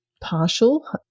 partial